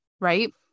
Right